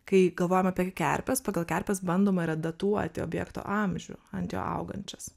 kai galvojam apie kerpes pagal kerpes bandoma yra datuoti objekto amžių ant jo augančias